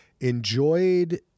enjoyed